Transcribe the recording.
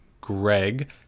Greg